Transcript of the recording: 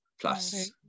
plus